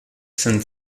sind